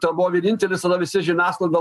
tavo vienintelis visi žiniasklaida